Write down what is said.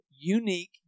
unique